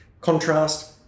contrast